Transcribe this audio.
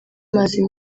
amazi